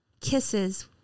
Kisses